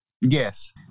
Yes